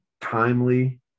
timely